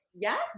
Yes